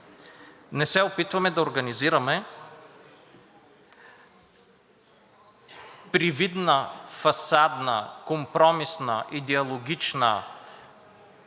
Не се опитваме да организираме привидна, фасадна, компромисна, идеологична